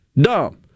Dumb